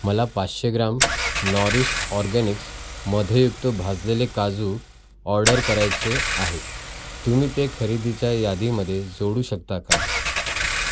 मला पाचशे gram Nourish Organics मधयुक्त भाजलेले काजू ऑर्डर करायचे आहेत तुम्ही ते खरेदीच्या यादीमध्ये जोडू शकता का